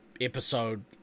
episode